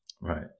Right